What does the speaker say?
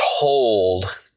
told